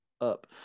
Up